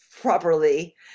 properly